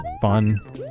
fun